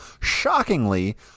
shockingly